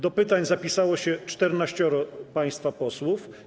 Do pytań zapisało się 14 państwa posłów.